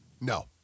no